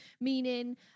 meaning